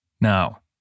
Now